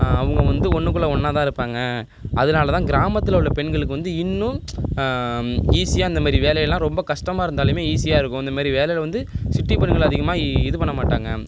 அவங்க வந்து ஒன்றுக்குள்ள ஒன்றா தான் இருப்பாங்க அதனால தான் கிராமத்தில் உள்ள பெண்களுக்கு வந்து இன்னும் ஈஸியாக அந்தமாரி வேலையெலாம் ரொம்ப கஷ்டமாக இருந்தாலுமே ஈஸியாக இருக்கும் இந்தமாதிரி வேலையில் வந்து சிட்டி பெண்கள் அதிகமாக இ இது பண்ண மாட்டாங்க